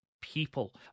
people